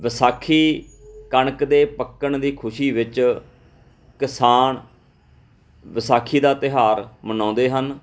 ਵਿਸਾਖੀ ਕਣਕ ਦੇ ਪੱਕਣ ਦੀ ਖੁਸ਼ੀ ਵਿੱਚ ਕਿਸਾਨ ਵਿਸਾਖੀ ਦਾ ਤਿਉਹਾਰ ਮਨਾਉਂਦੇ ਹਨ